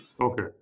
Okay